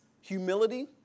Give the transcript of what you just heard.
humility